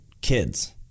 kids